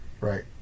Right